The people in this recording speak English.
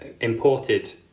imported